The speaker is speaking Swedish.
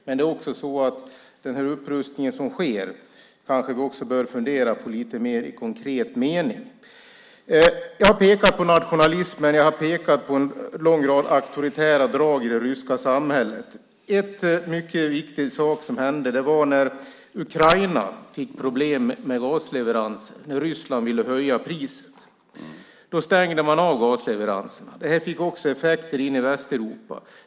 Men den upprustning som sker kanske vi också bör fundera på lite mer i konkret mening. Jag har pekat på nationalismen, och jag har pekat på en lång rad auktoritära drag i det ryska samhället. En mycket viktig sak som hände var när Ukraina fick problem med gasleveranser och Ryssland ville höja priset. Då stängde man av gasleveranserna. Detta fick också effekter in i Västeuropa.